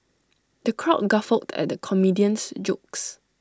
the crowd guffawed at comedian's jokes